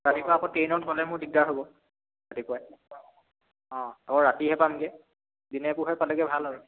ৰাতিপুৱা আকৌ ট্ৰেইনত গ'লে মোৰ দিগদাৰ হ'ব ৰাতিপুৱাই অঁ আকৌ ৰাতিহে পামগৈ দিনে পোহৰে পালেগৈ ভাল আৰু